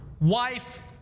wife